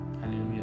Hallelujah